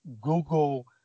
Google